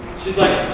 she's like,